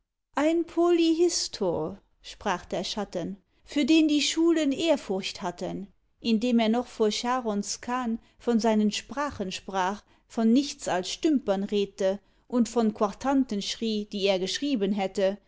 ein polyhistor sprach der schatten für den die schulen ehrfurcht hatten indem er noch vor charons kahn von seinen sprachen sprach von nichts als stümpern redte und von quartanten schrie die er geschrieben hätte